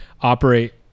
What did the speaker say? operate